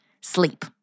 Sleep